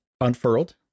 unfurled